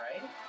right